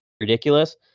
ridiculous